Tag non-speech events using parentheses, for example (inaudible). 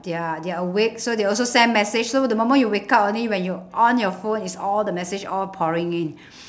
they're they're awake so they also send message so the moment you wake up only when you on your phone is all the message all pouring in (breath)